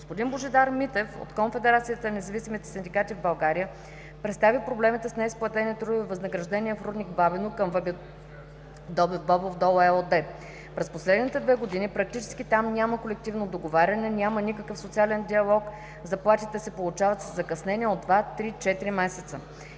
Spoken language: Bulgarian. Господин Божидар Митев от Конфедерацията на независимите синдикати в България представи проблемите с неизплатените трудови възнаграждения в рудник „Бабино” към „Въгледобив Бобов дол“ ЕООД. През последните две години практически там няма колективно договаряне, няма никакъв социален диалог, заплатите се получават със закъснение от два, три, четири месеца.